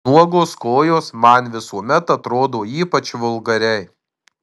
nuogos kojos man visuomet atrodo ypač vulgariai